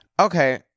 Okay